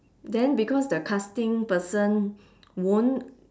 then because the casting person won't